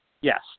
Yes